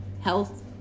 health